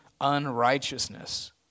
unrighteousness